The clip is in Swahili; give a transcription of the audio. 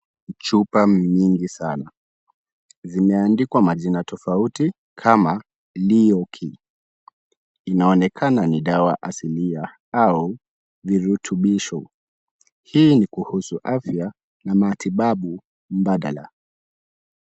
Chupa ni nyingi sana. Zimeandikwa majina tofauti kama Leoki. inaonekana ni dawa asilia au virutubisho. Hii ni kuhusu afya na matibabu mbadala.